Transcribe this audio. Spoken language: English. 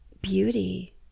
beauty